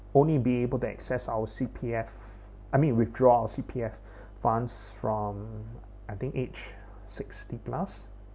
only be able to access our C_P_F I mean withdraw C_P_F funds from I think age sixty plus